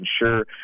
ensure